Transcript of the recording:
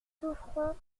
souffrances